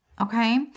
Okay